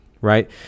right